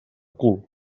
cul